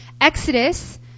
Exodus